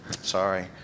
Sorry